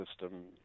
system